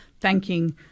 thanking